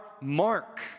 mark